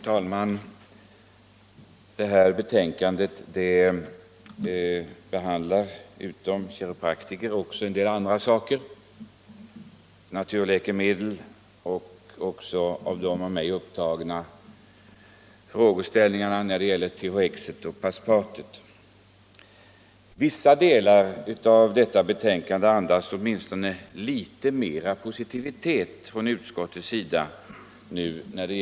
Vissa delar av betänkandet andas nu åtminstone litet mer av positiv inställning från utskottets sida när det gäller naturläkemedlen än tidigare.